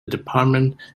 department